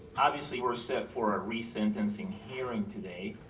obviously, we're set for a re-sentencing hearing today.